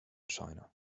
china